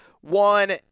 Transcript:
one